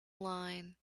line